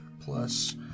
plus